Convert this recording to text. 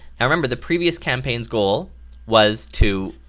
now remember the previous campaign's goal was to,